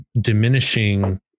diminishing